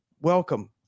welcome